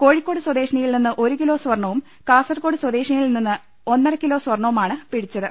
കോഴിക്കോട് സ്വദേശിനിയിൽ നിന്ന് ഒരു കിലോ സ്വർണ്ണവും കാസർഗോഡ് സ്വദേശിയിൽ നിന്ന് ഒന്നര കിലോ സ്വർണ്ണവുമാണ് പിടിച്ചത്